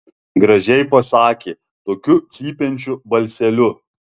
gražiai pasakė tokiu cypiančiu balseliu